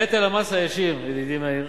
נטל המס הישיר, ידידי מאיר,